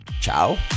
Ciao